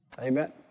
Amen